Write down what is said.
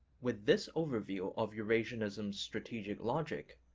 with this overview of eurasianism's strategic logic,